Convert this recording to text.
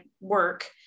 work